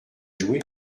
joué